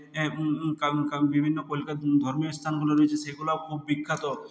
কারণ কারণ বিভিন্ন কলকা ধর্মীয় স্থানগুলো রয়েছে সেগুলাও খুব বিখ্যাত